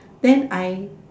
then I